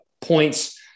points